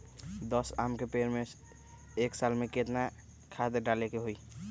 दस आम के पेड़ में साल में केतना खाद्य डाले के होई?